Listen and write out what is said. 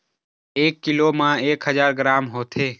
एक कीलो म एक हजार ग्राम होथे